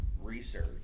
research